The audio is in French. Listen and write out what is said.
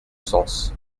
sens